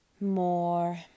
More